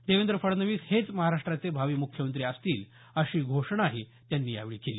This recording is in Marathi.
देवेंद्र फडणवीस हेच महाराष्ट्राचे भावी मुख्यमंत्री असतील अशी घोषणाही त्यांनी यावेळी केली